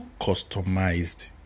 customized